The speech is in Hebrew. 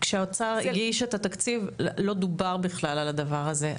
שכשהאוצר הגיש את התקציב בכלל לא דובר על הדבר הזה,